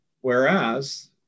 Whereas